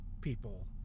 people